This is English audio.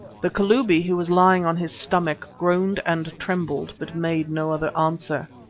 the kalubi, who was lying on his stomach, groaned and trembled, but made no other answer.